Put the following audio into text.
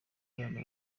abana